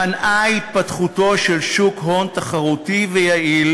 מנעה התפתחותו של שוק הון תחרותי ויעיל